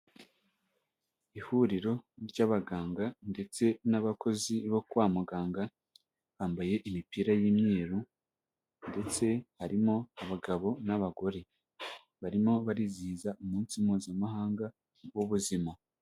Ihuriro ry'abaganga ndetse n'abakozi bo kwa muganga, bambaye imipira y'imyeru ndetse harimo abagabo n'abagore, barimo barizihiza umunsi Mpuzamahanga w'ubuzima.